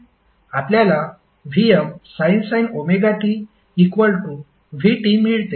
आपल्याला Vmsin ωt v मिळते